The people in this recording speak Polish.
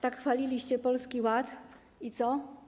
Tak chwaliliście Polski Ład i co?